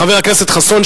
חבר הכנסת חסון,